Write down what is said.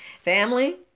family